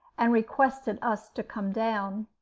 and requested us to come down.